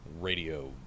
radio